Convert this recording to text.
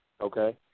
okay